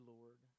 Lord